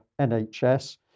NHS